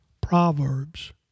Proverbs